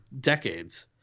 decades